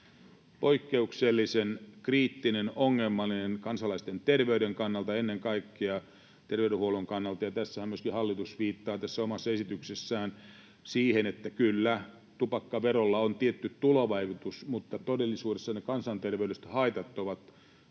poikkeuksellisen kriittinen, ongelmallinen kansalaisten terveyden kannalta, ennen kaikkea terveydenhuollon kannalta. Tässä omassa esityksessäänhän myöskin hallitus viittaa siihen, että kyllä, tupakkaverolla on tietty tulovaikutus, mutta todellisuudessa ne kansanterveydelliset haitat ovat